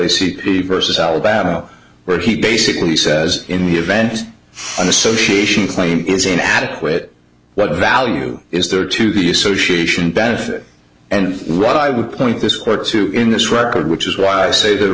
p versus alabama where he basically says in the event an association claim is inadequate what value is there to the association benefit and what i would point this court to in this record which is why i say there